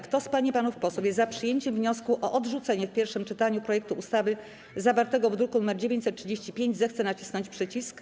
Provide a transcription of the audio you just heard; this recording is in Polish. Kto z pań i panów posłów jest za przyjęciem wniosku o odrzucenie w pierwszym czytaniu projektu ustawy zawartego w druku nr 935, zechce nacisnąć przycisk.